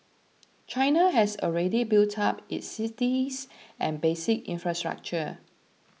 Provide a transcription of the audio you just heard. China has already built up its cities and basic infrastructure